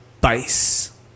base